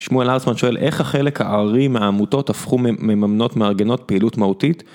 שמואל ארצמן שואל, איך החלק הארי מהעמותות הפכו מממנות מארגנות פעילות מהותית